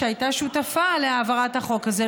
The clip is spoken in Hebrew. שהייתה שותפה להעברת החוק הזה,